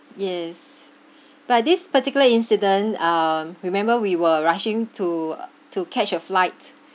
yes but this particular incident um remember we were rushing to to catch a flight